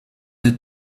des